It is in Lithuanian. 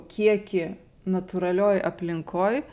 kiekį natūralioj aplinkoj